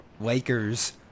Lakers